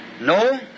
No